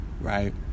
Right